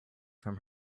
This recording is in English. from